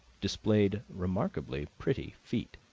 displayed remarkably pretty feet.